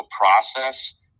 process